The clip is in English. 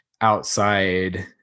outside